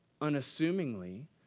unassumingly